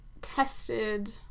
tested